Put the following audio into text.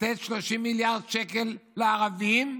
לתת 30 מיליארד שקל לערבים.